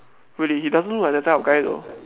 really he doesn't look like that type of guy though